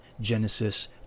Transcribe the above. Genesis